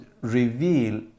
reveal